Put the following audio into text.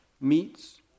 meets